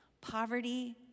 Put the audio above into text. poverty